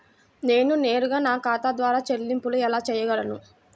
నేను నేరుగా నా ఖాతా ద్వారా చెల్లింపులు ఎలా చేయగలను?